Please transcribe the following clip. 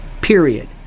Period